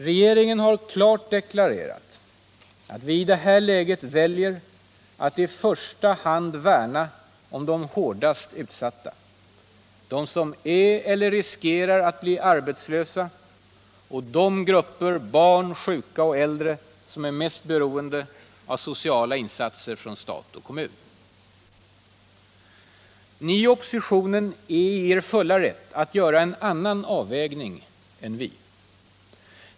Regeringen har klart deklarerat att vi i det här läget väljer att i första hand värna om de hårdast utsatta: de som är eller riskerar att bli arbetslösa och de grupper — barn, sjuka och äldre — som är mest beroende av sociala insatser från stat och kommun. Ni i oppositionen är i er fulla rätt att göra en annan avvägning än vi.